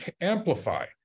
amplify